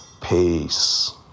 Peace